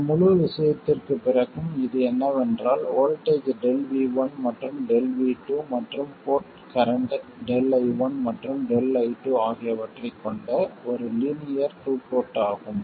இந்த முழு விஷயத்திற்குப் பிறகும் இது என்னவென்றால் வோல்ட்டேஜ் ΔV1 மற்றும் ΔV2 மற்றும் போர்ட் கரண்ட் ΔI1 மற்றும் ΔI2 ஆகியவற்றைக் கொண்ட ஒரு லீனியர் டூ போர்ட் ஆகும்